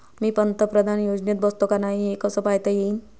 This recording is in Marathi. मी पंतप्रधान योजनेत बसतो का नाय, हे कस पायता येईन?